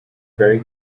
very